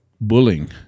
bullying